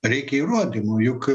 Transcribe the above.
reikia įrodymų juk